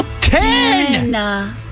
Ten